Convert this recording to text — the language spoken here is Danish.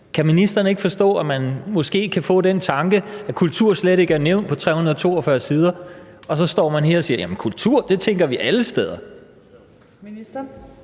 Kan ministeren ikke forstå, at man måske kan få den tanke, at kultur slet ikke er nævnt på 342 sider, og så står man her og siger: Jamen kultur, det tænker vi alle steder?